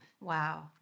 Wow